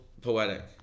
poetic